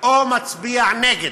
או מצביע נגד,